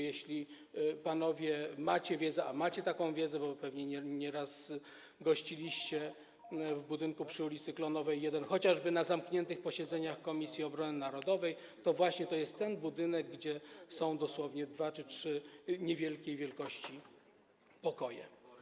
Jeśli panowie macie wiedzę, a macie taką wiedzę, bo pewnie nieraz gościliście w budynku przy ul. Klonowej 1, chociażby na zamkniętych posiedzeniach Komisji Obrony Narodowej, to właśnie jest to ten budynek, gdzie są dosłownie dwa czy trzy niewielkie pokoje.